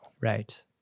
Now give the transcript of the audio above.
Right